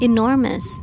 Enormous